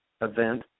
event